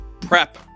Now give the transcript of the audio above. prep